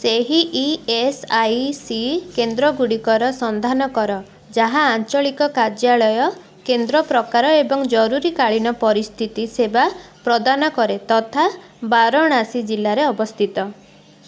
ସେହି E S I C କେନ୍ଦ୍ରଗୁଡ଼ିକର ସନ୍ଧାନ କର ଯାହା ଆଞ୍ଚଳିକ କାର୍ଯ୍ୟାଳୟ କେନ୍ଦ୍ର ପ୍ରକାର ଏବଂ ଜରୁରୀକାଳୀନ ପରିସ୍ଥିତି ସେବା ପ୍ରଦାନ କରେ ତଥା ବାରଣାସୀ ଜିଲ୍ଲାରେ ଅବସ୍ଥିତ